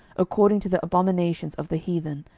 according to the abominations of the heathen,